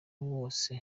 wose